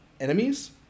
enemies